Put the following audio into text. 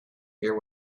hear